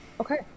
Okay